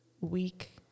week